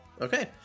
Okay